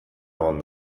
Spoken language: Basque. egon